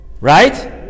Right